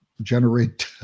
generate